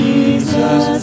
Jesus